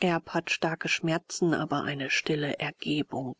erb hat starke schmerzen aber eine stille ergebung